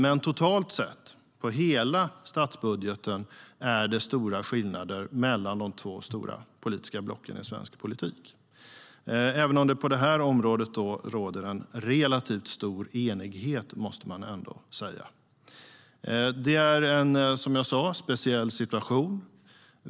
Men totalt sett på hela statsbudgeten är det stora skillnader mellan de två stora politiska blocken i svensk politik, även om det på det här området råder en relativt stor enighet. Som jag sade är det en speciell situation.